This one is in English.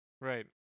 right